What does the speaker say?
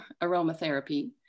aromatherapy